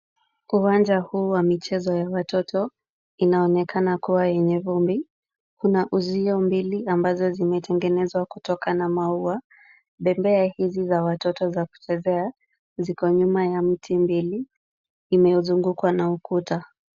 Uwanja huu wa michezo ya watoto, inaonekana kuwa yenye vumbi. Kuna uzio mbili ambazo zimetengenezwa kutoka na maua. Bembea hizi za watoto za kuchezea, ziko nyuma ya miti mbil inayozungukwa na ukuta.